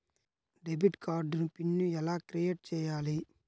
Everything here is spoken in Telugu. డెబిట్ కార్డు పిన్ ఎలా క్రిఏట్ చెయ్యాలి?